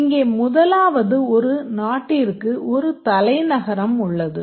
இங்கே முதலாவது ஒரு நாட்டிற்கு ஒரு தலைநகரம் உள்ளது